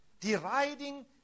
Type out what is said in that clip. Deriding